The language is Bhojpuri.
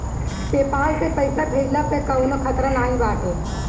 पेपाल से पईसा भेजला पअ कवनो खतरा नाइ बाटे